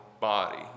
body